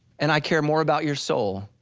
and i care more about your soul,